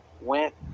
went